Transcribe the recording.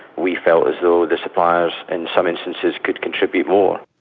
we felt as though the suppliers in some instances could contribute more.